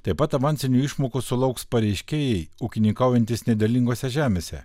taip pat avansinių išmokų sulauks pareiškėjai ūkininkaujantys nederlingose žemėse